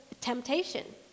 temptation